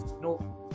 no